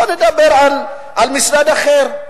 בוא נדבר על משרד אחר.